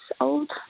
old